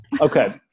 Okay